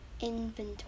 Inventory